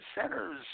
centers